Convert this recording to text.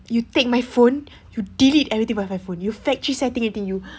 you take my phone you delete everything by my phone you factory setting it you